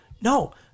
no